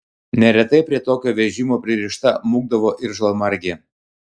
neretai prie tokio vežimo pririšta mūkdavo ir žalmargė